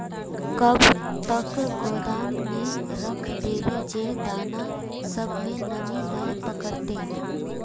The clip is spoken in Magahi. कब तक गोदाम में रख देबे जे दाना सब में नमी नय पकड़ते?